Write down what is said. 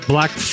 black